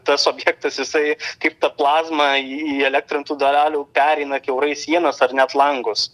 tas objektas jisai kaip ta plazma į įelektrintų dalelių pereina kiaurai sienas ar net langus